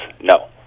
no